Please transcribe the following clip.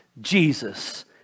Jesus